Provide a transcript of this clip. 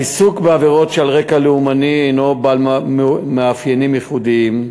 העיסוק בעבירות על רקע לאומני הוא בעל מאפיינים ייחודיים,